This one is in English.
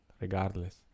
regardless